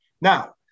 Now